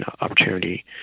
opportunity